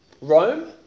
Rome